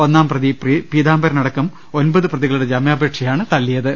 ഒന്നാംപ്രതി പീതാം ബരനടക്കം ഒൻപത് പ്രതികളുടെ ജാമ്യാപേക്ഷയാണ് തള്ളിയത്